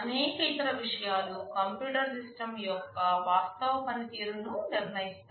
అనేక ఇతర విషయాలు కంప్యూటర్ సిస్టమ్ యొక్క వాస్తవ పనితీరును నిర్ణయిస్తాయి